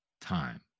time